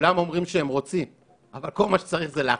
כולם אומרים שהם רוצים אבל כל מה שצריך הוא להחליט,